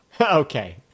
okay